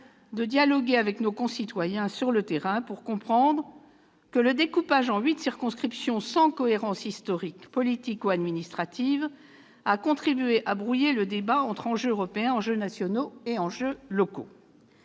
-de dialoguer avec nos concitoyens sur le terrain pour comprendre que le découpage en huit circonscriptions, sans cohérence historique, politique ou administrative, a contribué à brouiller le débat entre enjeux européens, enjeux nationaux et enjeux locaux.